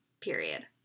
period